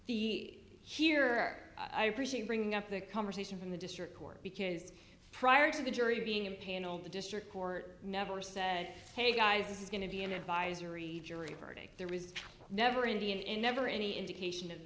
the here i appreciate bringing up the conversation from the district court because prior to the jury being impaneled the district court never said hey guys this is going to be an advisory jury verdict there was never indian in never any indication of